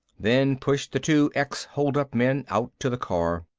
then pushed the two ex-holdup men out to the car.